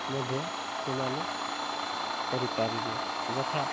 ମଧ୍ୟ ସେମାନେ କରିପାରିବେ ଯଥା